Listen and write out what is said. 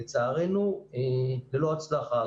לצערנו, ללא הצלחה.